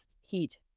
heat